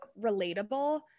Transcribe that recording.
relatable